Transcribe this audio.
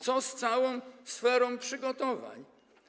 Co z całą sferą przygotowań?